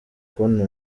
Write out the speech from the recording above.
kubona